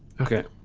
okay.